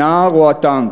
הנער או הטנק?